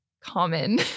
common